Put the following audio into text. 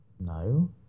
No